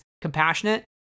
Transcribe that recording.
compassionate